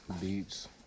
Beats